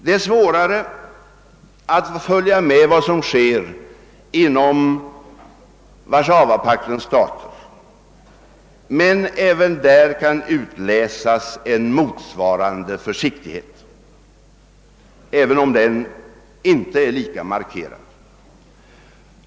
Det är svårare att följa med vad som händer inom Warszawapaktens stater, men även inom dessa kan noteras en motsvarande försiktighet, även om den inte är lika markerad.